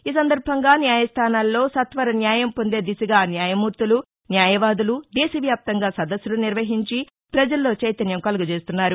ఈ సందర్భంగా న్యాయస్దానాల్లో సత్వర న్యాయం పొందే దిశగా న్యాయమూర్తులు న్యాయవాదులు దేశ వ్యాప్తంగా సదస్సులు నిర్వహించి పజల్లో వైతన్యం కలుగజేస్తున్నారు